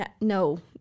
No